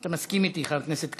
אתה מסכים אתי, חבר הכנסת כבל?